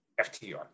FTR